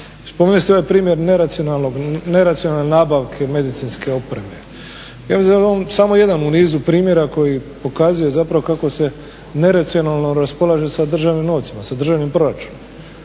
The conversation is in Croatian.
Spomenuli ste i ovaj primjer neracionalne nabavke medicinske opreme. Ja mislim da je ovo samo jedan u nizu primjera koji pokazuje zapravo kako se neracionalno raspolaže sa državnim novcima, sa državnim proračunom.